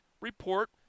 report